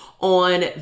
on